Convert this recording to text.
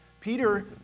Peter